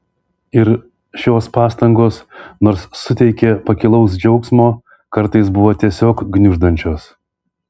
ir šios pastangos nors suteikė pakilaus džiaugsmo kartais buvo tiesiog gniuždančios